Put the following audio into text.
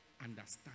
understand